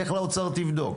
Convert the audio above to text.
לך לאוצר, תבדוק.